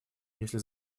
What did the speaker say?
если